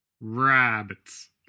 Rabbits